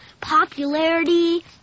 Popularity